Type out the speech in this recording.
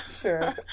Sure